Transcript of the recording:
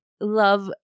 Love